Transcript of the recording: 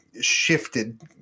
shifted